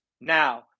now